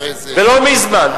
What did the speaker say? ולא מזמן,